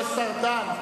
הצבעת בעדו,